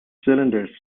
cylinders